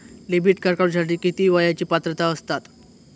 Debit card काढूसाठी किती वयाची पात्रता असतात?